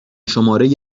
شماره